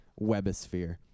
webosphere